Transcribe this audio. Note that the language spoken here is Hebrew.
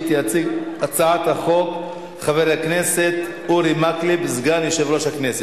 כך קבענו הטבה נוספת לעניין שיעור הריבית.